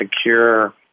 secure